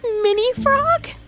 mini frog?